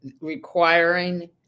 requiring